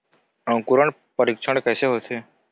अंकुरण परीक्षण कैसे होथे?